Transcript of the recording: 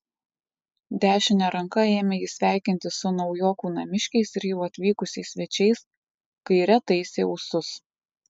dešine ranka ėmė jis sveikintis su naujokų namiškiais ir jau atvykusiais svečiais kaire taisė ūsus